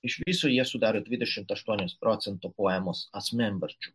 iš viso jie sudaro dvidešimt aštuonis procento poemos asmenvardžių